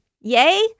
yay